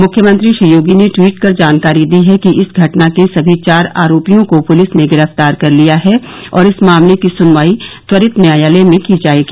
मुख्यमंत्री श्री योगी ने ट्वीट कर जानकारी दी है कि इस घटना के सभी चार आरोपियों को पुलिस ने गिरफ्तार कर लिया है और इस मामले की सुनवाई त्वरित न्यायालय में की जाएगी